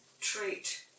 trait